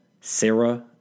Sarah